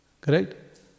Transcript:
correct